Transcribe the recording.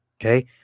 Okay